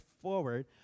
forward